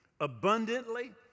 abundantly